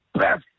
best